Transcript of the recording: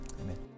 Amen